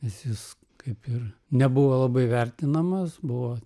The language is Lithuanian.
nes jis kaip ir nebuvo labai vertinamas buvo